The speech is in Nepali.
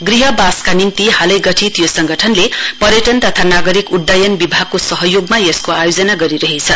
गृहवासका निम्ति हालै गठित यो संगठनले पर्यटन तथा नागरिक उइयन विभागको सहयोगमा यसको आयोजना गरिरहेछ